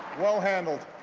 well handled.